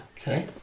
Okay